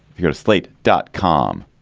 here, slate dot com.